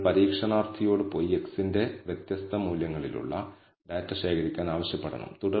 error corrupting measurement error corrupting measurement εi mean 0 യും variance σ2 ഉം ആയി നോർമലി ഡിസ്ട്രിബിയൂട്ടഡ് ആണ്